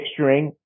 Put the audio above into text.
fixturing